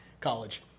College